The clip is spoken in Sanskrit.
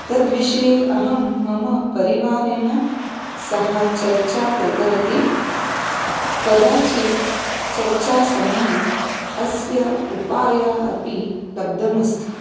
तद्विषये अहं मम परिवारेण सह चर्चा कृतवती कदाचित् चर्चासमये अस्य उपायः अपि लब्धमस्ति